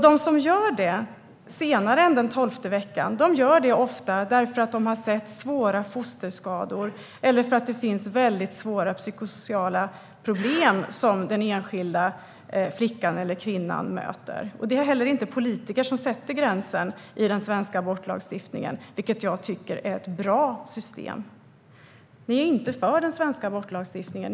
De som gör det senare än den tolfte veckan gör det ofta därför att de har sett svåra fosterskador eller för att det finns väldigt svåra psykosociala problem som den enskilda flickan eller kvinnan möter. Det är heller inte politiker som sätter gränsen i den svenska abortlagstiftningen, vilket jag tycker är ett bra system. Ni är inte för den svenska abortlagstiftningen.